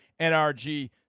NRG